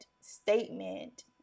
statement